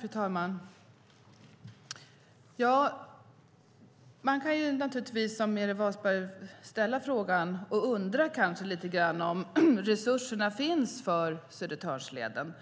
Fru talman! Man kan naturligtvis som Meeri Wasberg ställa frågan och kanske undra lite grann om resurserna finns för Södertörnsleden.